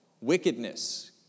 wickedness